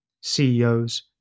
CEOs